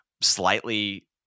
slightly